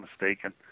mistaken